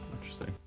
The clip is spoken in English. interesting